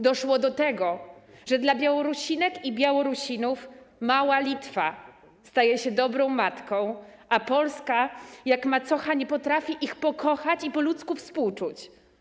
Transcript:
Doszło do tego, że dla Białorusinek i Białorusinów mała Litwa staje się dobrą matką, a Polska jak macocha nie potrafi ich pokochać i po ludzku im współczuć.